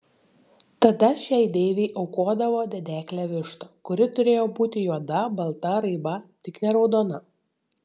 tada šiai deivei aukodavo dedeklę vištą kuri turėjo būti juoda balta raiba tik ne raudona